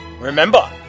Remember